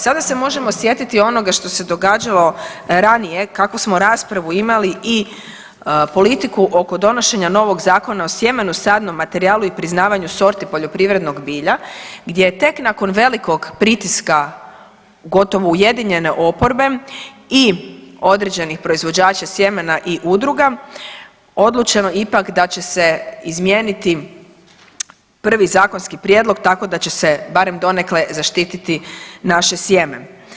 Sada se možemo sjetiti onoga što se događalo ranije, kakvu smo raspravu imali i politiku oko donošenja novog Zakona o sjemenu, sadnom materijalu i priznavanju sorti poljoprivrednog bilja gdje je tek nakon velikog pritiska gotovo ujedinjene oporbe i određenih proizvođača sjemena i udruga odlučeno ipak da će se izmijeniti prvi zakonski prijedlog tako da će se barem donekle zaštititi naše sjeme.